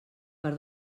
per